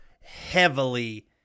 heavily